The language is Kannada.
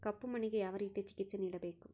ಕಪ್ಪು ಮಣ್ಣಿಗೆ ಯಾವ ರೇತಿಯ ಚಿಕಿತ್ಸೆ ನೇಡಬೇಕು?